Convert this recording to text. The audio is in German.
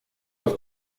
auf